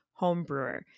homebrewer